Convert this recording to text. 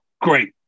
great